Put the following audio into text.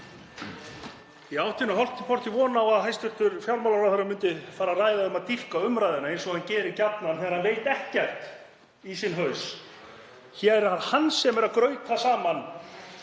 Ég átti nú hálft í hvoru von á að hæstv. fjármálaráðherra myndi fara að ræða um að dýpka umræðuna eins og hann gerir gjarnan þegar hann veit ekkert í sinn haus. Hér er það hann sem grautar saman